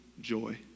joy